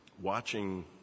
watching